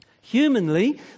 Humanly